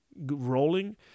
rolling